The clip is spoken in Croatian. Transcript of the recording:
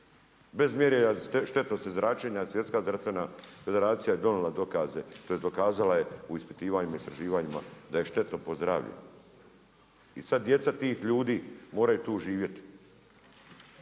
bez mjerenja štetnosti zračenja Svjetska zdravstvena federacija je donijela dokaze tj. dokazala je u ispitivanjima i istraživanjima da je štetno po zdravlje. I sada djeca tih ljudi moraju tu živjeti.